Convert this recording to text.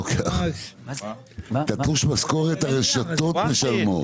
לא, את תלוש המשכורת הרשתות משלמות.